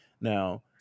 Now